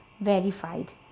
verified